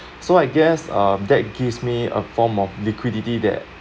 so I guess um that gives me a form of liquidity that